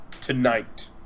tonight